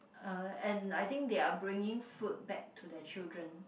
uh and I think they are bringing food back to the children